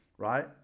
right